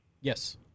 Yes